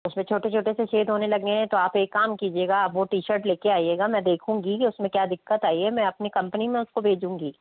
उसमें छोटे छोटे से छेद होने लगे हैं तो आप एक काम कीजियेगा आप वो टी शर्ट लेकर आइएगा मैं देखूंगी के उसमें क्या दिक्कत आई है मैं अपनी कंपनी में उसको भेजूंगी